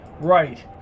Right